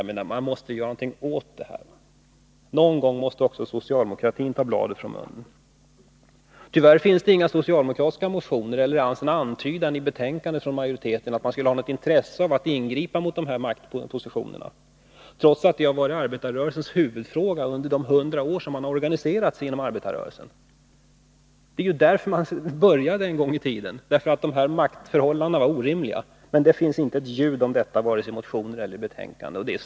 Man måste göra någonting åt det här. Någon gång måste också socialdemokratin ta bladet från munnen. Tyvärr finns det inte i några socialdemokratiska motioner eller i betänkandet från majoriteten ens en antydan om att man skulle ha något intresse av att ingripa mot de här maktpositionerna, trots att det har varit arbetarrörelsens huvudfråga under de hundra år som man organiserat sig inom arbetarrörelsen! Det var därför att maktförhållandena var orimliga som man en gång i tiden började organisera sig! Men det finns inte ett ord om detta, vare sig i motioner eller i betänkande.